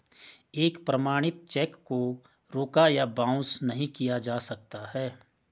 एक प्रमाणित चेक को रोका या बाउंस नहीं किया जा सकता है